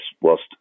whilst